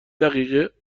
دقیقه